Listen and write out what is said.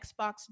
Xbox